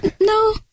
no